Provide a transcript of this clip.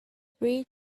three